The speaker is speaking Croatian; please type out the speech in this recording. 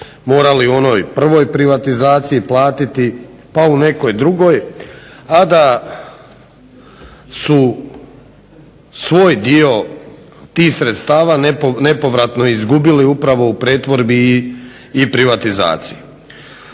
morali u onoj prvoj privatizaciji platiti, pa u nekoj drugoj a da su svoj dio tih sredstava nepovratno izgubili upravo u pretvorbi i privatizaciji.